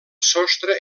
sostre